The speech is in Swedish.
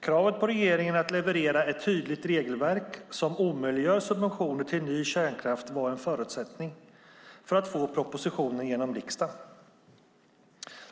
Kravet på regeringen att leverera ett tydligt regelverk som omöjliggör subventioner till ny kärnkraft var en förutsättning för att få propositionen genom riksdagen.